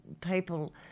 people